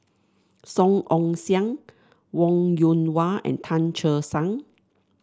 Song Ong Siang Wong Yoon Wah and Tan Che Sang